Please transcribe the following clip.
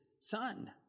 son